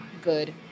good